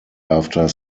after